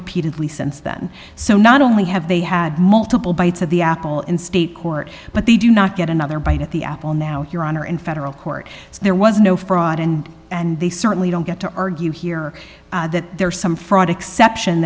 repeatedly since then so not only have they had multiple bites of the apple in state court but they do not get another bite at the apple now if your honor in federal court if there was no fraud and and they certainly don't get to argue here that there is some fraud exception